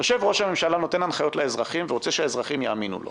יושב ראש הממשלה ונותן הנחיות לאזרחים ורוצה שהאזרחים יאמינו לו